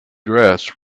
dress